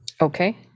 Okay